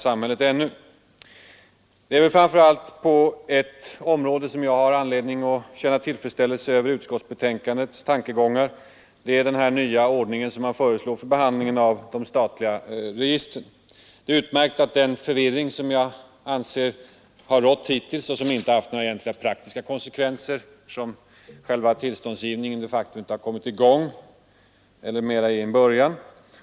Jag är framför allt tillfredsställd med tankegångarna i utskottets betänkande när det gäller den nya ordning som föreslås för behandlingen av de statliga registren. Det är utmärkt att den förvirring som hittills rått nu försvinner. Den har dock inte haft några direkta praktiska konsekvenser eftersom tillståndsgivningen knappast har mer än börjat.